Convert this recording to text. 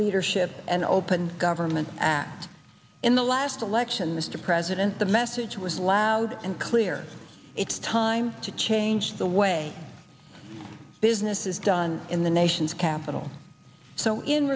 leadership and open government act in the last election this to president the message was loud and clear it's time to change the way business is done in the nation's capital so in